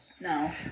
No